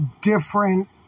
different